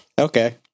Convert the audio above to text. Okay